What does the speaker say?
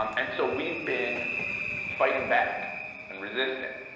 um and so we've been fighting back and resisting.